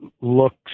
looks